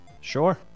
sure